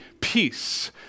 peace